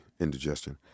Indigestion